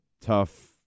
tough